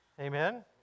Amen